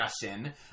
discussion